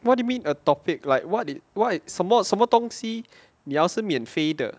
what do you mean a topic like what why 什么什么东西你要是免费的